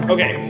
Okay